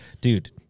Dude